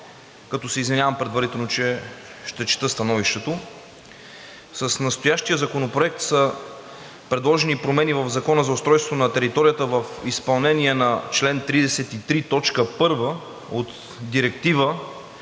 се извинявам, че ще чета становището. С настоящия законопроект са предложени промени в Закона за устройство на територията в изпълнение на чл. 33, т. 1 от Директива